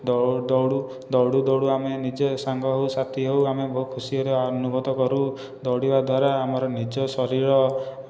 ଦୌଡ଼ୁ ଦୌଡ଼ୁ ଦୌଡ଼ୁ ଦୌଡ଼ୁ ଆମେ ନିଜେ ସାଙ୍ଗ ହେଉ ସାଥି ହେଉ ଆମେ ବହୁ ଖୁସିରେ ଅନୁଭୂତ କରୁ ଦୌଡ଼ିବା ଦ୍ୱାରା ଆମର ନିଜ ଶରୀର